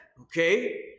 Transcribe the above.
Okay